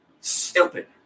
Stupid